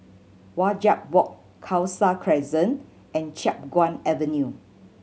Wajek Walk Khalsa Crescent and Chiap Guan Avenue